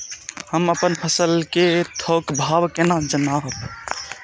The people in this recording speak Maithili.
हम अपन फसल कै थौक भाव केना जानब?